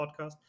podcast